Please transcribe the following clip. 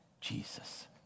Jesus